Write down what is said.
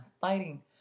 fighting